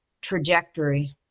trajectory